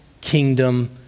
kingdom